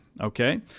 Okay